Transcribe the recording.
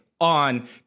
on